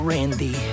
Randy